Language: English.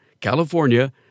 California